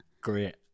Great